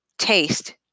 taste